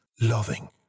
loving